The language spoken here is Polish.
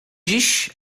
dziś